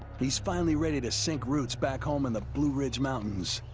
he's finally ready to sink roots back home in the blue ridge mountains,